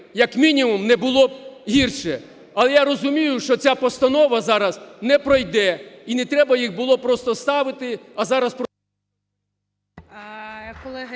як мінімум не було б гірше. Але я розумію, що ця постанова зараз не пройде і не треба їх просто ставити, а… ГОЛОВУЮЧИЙ.